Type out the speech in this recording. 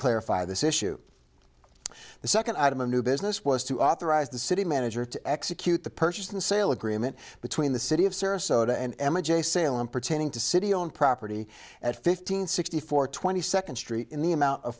clarify this issue the second item of new business was to authorize the city manager to execute the purchase and sale agreement between the city of sarasota and emma j salem pertaining to city owned property at fifteen sixty four twenty second street in the amount of